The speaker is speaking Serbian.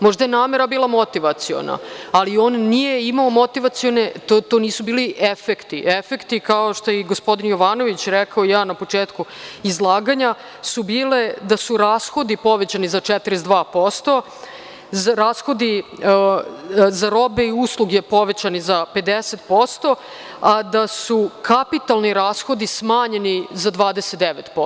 Možda je namera bila motivaciona, ali on nije imao efekte, to nisu bili efekti, a kao što je i gospodin Jovanović rekao na početku izlaganja, su bili da su rashodi bili povećani za 42%, rashodi za robe i usluge povećani za 50%, a da su kapitalni rashodi smanjeni za 29%